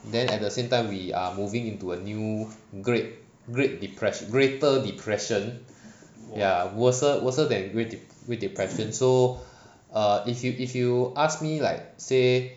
then at the same time we are moving into a new great great depres~ greater depression ya worser worser than great depression so err if you if you ask me like say